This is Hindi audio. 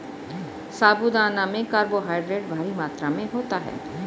साबूदाना में कार्बोहायड्रेट भारी मात्रा में होता है